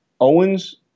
Owens